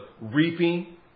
reaping